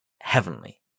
heavenly